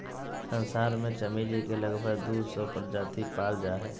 संसार में चमेली के लगभग दू सौ प्रजाति पाल जा हइ